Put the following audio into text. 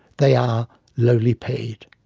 they are lowly paid.